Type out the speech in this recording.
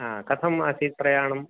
हा कथम् आसीत् प्रयाणम्